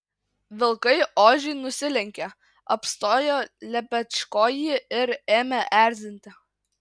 vilkai ožiui nusilenkė apstojo lepečkojį ir ėmė erzinti